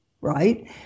right